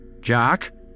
Jack